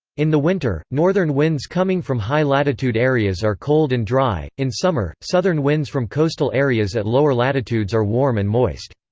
in the winter, northern winds coming from high-latitude areas are cold and dry in summer, southern winds from coastal areas at lower latitudes are warm and moist.